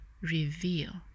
reveal